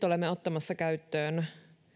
olemme ottamassa käyttöön